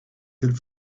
could